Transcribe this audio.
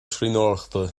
scríbhneoireachta